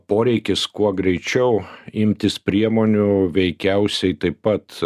poreikis kuo greičiau imtis priemonių veikiausiai taip pat